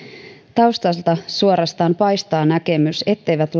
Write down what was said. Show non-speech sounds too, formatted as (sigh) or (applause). taustalta suorastaan paistaa näkemys etteivät (unintelligible)